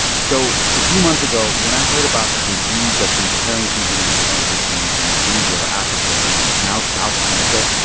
so a few months ago, when i heard about a disease that's been tearing through banana plantations in asia, africa and now south america,